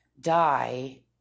die